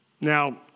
Now